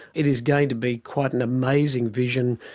it is going to be quite an amazing vision,